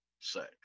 sex